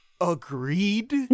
Agreed